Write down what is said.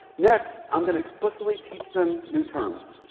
next, i'm going to explicitly teach them new terms.